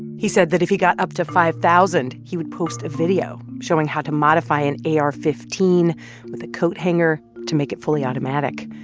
and he said that if he got up to five thousand, he would post a video showing how to modify an ar fifteen with a coat hanger to make it fully automatic.